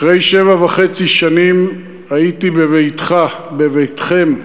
אחרי שבע וחצי שנים הייתי בביתך, בביתכם,